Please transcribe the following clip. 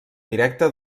directa